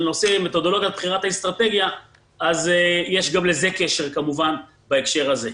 על נושא מתודולוגיית בחירת האסטרטגיה אז יש לזה קשר כמובן גם בהקשר הזה.